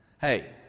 Hey